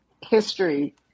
history